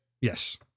Yes